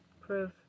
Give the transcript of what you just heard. prove